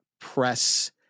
press